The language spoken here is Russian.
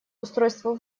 устройство